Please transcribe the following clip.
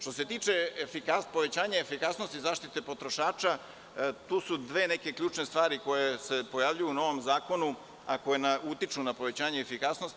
Što se tiče povećanja efikasnosti zaštite potrošača, tu su dve neke ključne stvari koje se pojavljuju u novom zakonu, a koje utiču na povećanje efikasnosti.